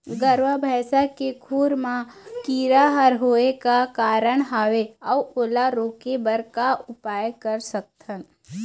गरवा भैंसा के खुर मा कीरा हर होय का कारण हवए अऊ ओला रोके बर का उपाय कर सकथन?